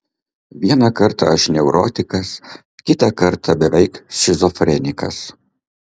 vieną kartą aš neurotikas kitą kartą beveik šizofrenikas